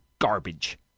garbage